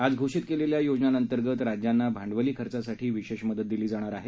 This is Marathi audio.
आज घोषित केलेल्या योजनांअंतर्गत राज्यांना भांडवली खर्चासाठी विशेष मदत दिली जाणार आहे